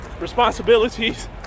responsibilities